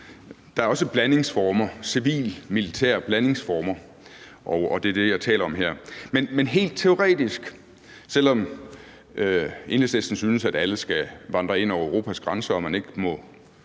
Der er også civil-militære blandingsformer, og det er det, jeg taler om her. Men helt teoretisk – selv om Enhedslisten synes, at alle skal vandre ind over Europas grænser, og at man ikke må